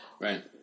right